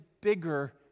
bigger